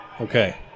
Okay